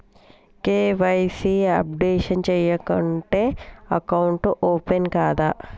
KYC updation చేయకుంటే account open కాదా?